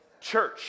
church